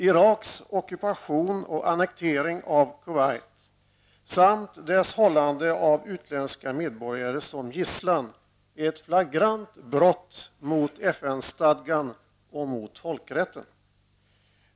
Iraks ockupation och annektering av Kuwait samt dess hållande av utländska medborgare som gisslan är ett flagrant brott mot FN-stadgan och mot folkrätten.